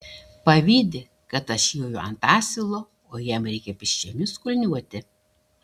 pavydi kad aš joju ant asilo o jam reikia pėsčiomis kulniuoti